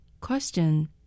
Question